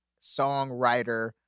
songwriter